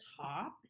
top